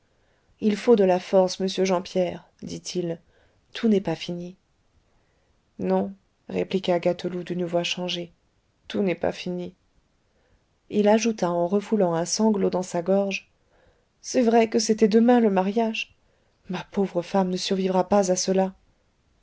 il faut de la force monsieur jean pierre dit-il tout n'est pas fini non répliqua gâteloup d'une voix changée tout n'est pas fini il ajouta en refoulant un sanglot dans sa gorge c'est vrai que c'était demain le mariage ma pauvre femme ne survivra pas à cela